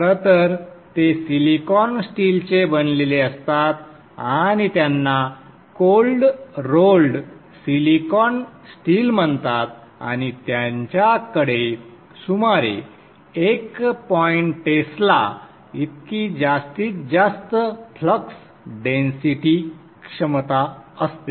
खरं तर ते सिलिकॉन स्टीलचे बनलेले असतात आणि त्यांना कोल्ड रोल्ड सिलिकॉन स्टील म्हणतात आणि त्यांच्याकडे सुमारे एक पॉइंट टेस्ला इतकी जास्तीत जास्त फ्लक्स डेन्सिटी क्षमता असते